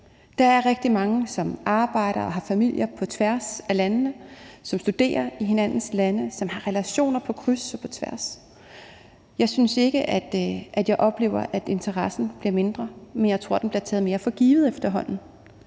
Der er rigtig mange, som arbejder og har familie på tværs af landene, som studerer i hinandens lande, og som har relationer på kryds og tværs. Jeg synes ikke, at jeg oplever, at interessen bliver mindre, men jeg tror, at den efterhånden bliver taget mere for givet.